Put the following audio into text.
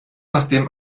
nachdem